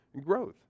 growth